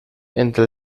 entre